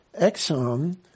Exxon